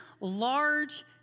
large